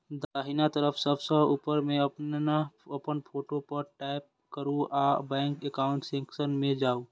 दाहिना तरफ सबसं ऊपर मे अपन फोटो पर टैप करू आ बैंक एकाउंट सेक्शन मे जाउ